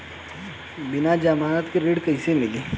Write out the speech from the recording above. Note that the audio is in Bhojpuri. बिना जमानत के ऋण कईसे मिली?